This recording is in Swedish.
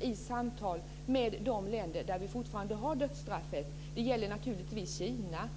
i samtal med de länder där det fortfarande finns dödsstraff. Det gäller naturligtvis Kina.